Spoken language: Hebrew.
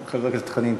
חבר הכנסת חנין,